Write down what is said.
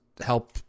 help